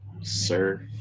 sir